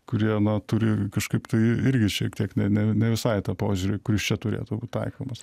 kurie na turi kažkaip tai irgi šiek tiek ne ne ne visai tą požiūrį kuris čia turėtų būt taikomas